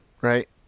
right